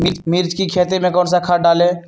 मिर्च की खेती में कौन सा खाद डालें?